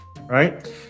right